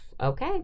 okay